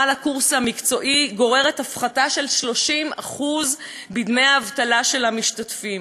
לקורס המקצועי גוררת הפחתה של 30% בדמי האבטלה של המשתתפים.